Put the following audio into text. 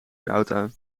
huurauto